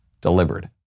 delivered